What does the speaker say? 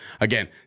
Again